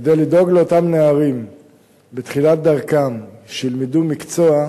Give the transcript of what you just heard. כדי לדאוג לאותם נערים בתחילת דרכם, שילמדו מקצוע,